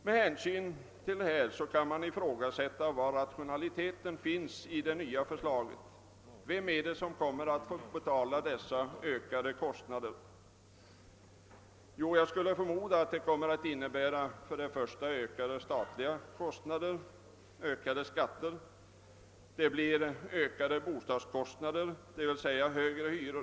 Med hänsyn härtill kan man ifrågasätta var det rationella ligger i det nya förslaget. Vem är det som kommer att få betala dessa ökade kostnader? Jo, det kommer att föra med sig ökade statliga kostnader och högre skatter samt ökade bostadskostnader, dvs. högre hyror.